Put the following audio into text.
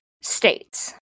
states